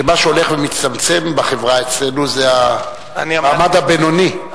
שמה שהולך ומצטמצם בחברה אצלנו זה המעמד הבינוני,